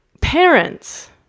Parents